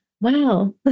Wow